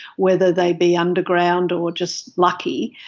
whether they be underground or just lucky,